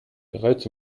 bereits